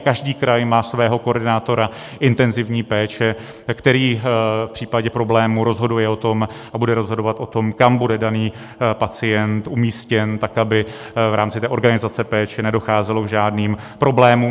Každý kraj má svého koordinátora intenzivní péče, který v případě problému rozhoduje a bude rozhodovat o tom, kam bude daný pacient umístěn, tak aby v rámci organizace péče nedocházelo k žádným problémům.